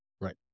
Right